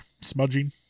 smudging